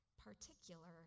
particular